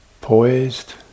poised